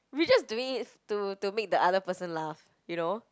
we just doing it to to make the other person laugh you know